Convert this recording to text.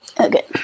Okay